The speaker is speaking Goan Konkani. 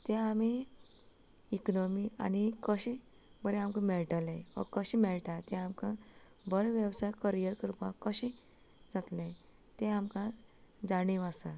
तें आमी इकोनॉमीक आनी कशें बरें आमकां मेळटले वा कशें मेळटा तें आमकां बरो वेवसाय करियर करपाक कशें तें आमकां जाणीव आसा